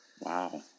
Wow